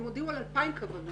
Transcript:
הם הודיעו על 2,000 כוונות.